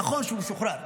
נכון שהוא שוחרר,